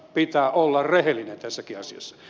pitää olla rehellinen tässäkin asiassa